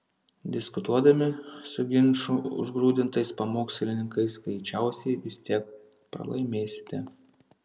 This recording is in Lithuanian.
diskutuodami su ginčų užgrūdintais pamokslininkais greičiausiai vis tiek pralaimėsite